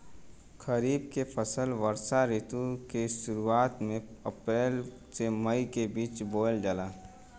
खरीफ के फसल वर्षा ऋतु के शुरुआत में अप्रैल से मई के बीच बोअल जाला